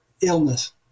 illness